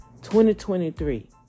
2023